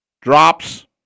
Drops